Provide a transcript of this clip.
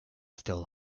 still